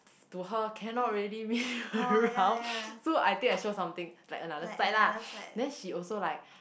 to her cannot really meme around so I think I show something like another side lah then she also like